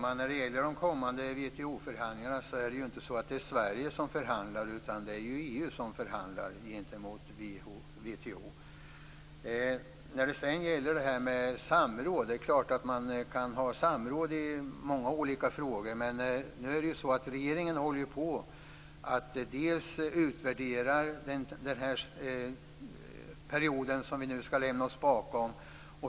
Herr talman! Det är inte Sverige utan EU som förhandlar gentemot WTO. Det är klart att det går att ha samråd i många olika frågor. Regeringen utvärderar nu den period som vi skall lämna oss bakom.